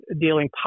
dealing